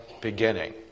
beginning